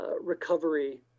recovery